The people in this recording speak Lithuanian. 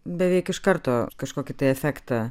beveik iš karto kažkokį tai efektą